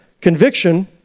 conviction